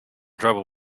trouble